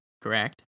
Correct